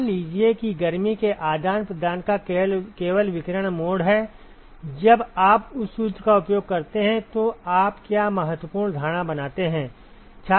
मान लीजिए कि गर्मी के आदान प्रदान का केवल विकिरण मोड है जब आप उस सूत्र का उपयोग करते हैं तो आप क्या महत्वपूर्ण धारणा बनाते हैं